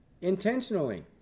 Intentionally